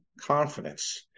confidence